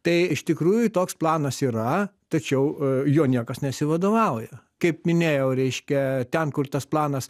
tai iš tikrųjų toks planas yra tačiau juo niekas nesivadovauja kaip minėjau reiškia ten kur tas planas